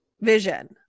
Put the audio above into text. Vision